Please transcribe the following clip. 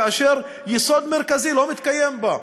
כאשר יסוד דמוקרטי לא מתקיים בה?